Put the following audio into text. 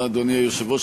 אדוני היושב-ראש,